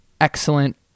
excellent